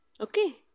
okay